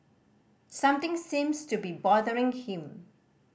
something seems to be bothering him